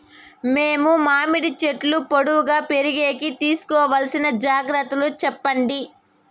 మేము మామిడి చెట్లు పొడువుగా పెరిగేకి తీసుకోవాల్సిన జాగ్రత్త లు చెప్పండి?